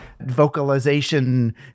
vocalization